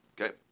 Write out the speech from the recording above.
Okay